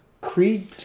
Creed